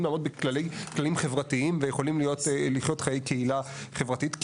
לעמוד בכללים חברתיים ויכולים לחיות חיי קהילה חברתית.